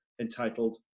entitled